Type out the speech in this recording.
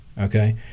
okay